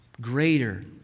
greater